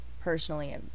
personally